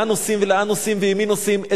לאן נוסעים ועם מי נוסעים.